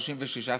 36 שרים,